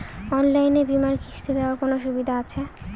অনলাইনে বীমার কিস্তি দেওয়ার কোন সুবিধে আছে?